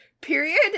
period